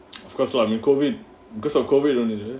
of course lah in COVID because of COVID only